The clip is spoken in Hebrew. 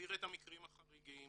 להסביר את המקרים החריגים.